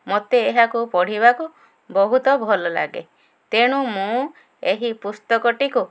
ମୋତେ ଏହାକୁ ପଢ଼ିବାକୁ ବହୁତ ଭଲ ଲାଗେ ତେଣୁ ମୁଁ ଏହି ପୁସ୍ତକଟିକୁ